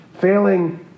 failing